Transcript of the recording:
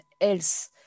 else